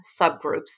subgroups